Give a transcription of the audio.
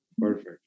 perfect